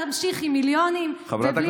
להמשיך עם מיליונים ובלי להחזיר את הבנים.